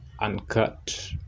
uncut